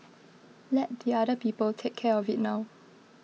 let the other people take care of it now